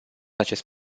acest